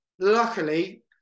luckily